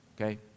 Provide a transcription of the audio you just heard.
okay